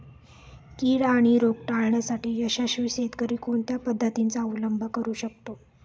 कीड आणि रोग टाळण्यासाठी यशस्वी शेतकरी कोणत्या पद्धतींचा अवलंब करू शकतो?